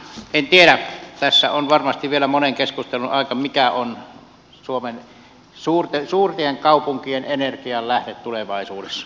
en tiedä tässä on varmasti vielä monen keskustelun paikka mikä on suomen suurien kaupunkien energianlähde tulevaisuudessa